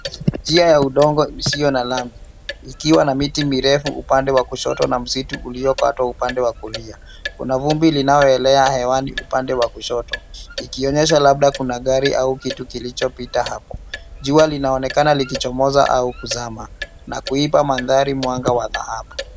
Njia ya udongo isiyo na lami ikiwa na miti mirefu upande wa kushoto na msitu uliokatwa upande wa kulia. Kuna vumbi linayo elea hewani uppande wa kushoto ikionyesha labda kuna gari au kitu kilichopita hapo. Jua linaonekana likichomoza au kuzama na kuipa mandhari mwanga wa dhahabu.